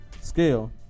scale